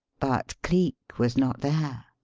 but cleek was not there.